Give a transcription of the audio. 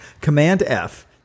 Command-F